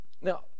Now